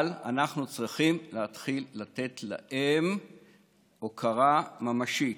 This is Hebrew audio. אבל אנחנו צריכים להתחיל לתת להם הוקרה ממשית.